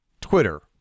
Twitter